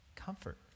comfort